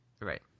right